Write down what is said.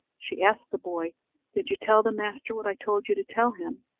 she asked the boy did you tell the master what i told you to tell him?